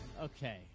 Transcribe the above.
Okay